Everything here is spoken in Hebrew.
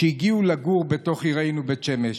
שהגיעו לגור בתוך עירנו בית שמש,